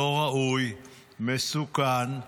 לא ראוי, מסוכן.